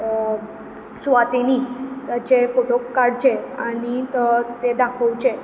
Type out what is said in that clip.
सुवातेनी जे फोटो काडचे आनी ते दाखोवचे